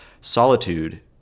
Solitude